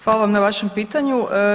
Hvala vam na vašem pitanju.